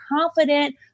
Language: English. confident